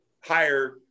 hire